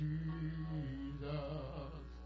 Jesus